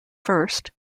first